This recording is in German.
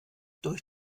durch